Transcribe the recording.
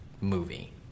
Movie